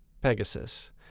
Pegasus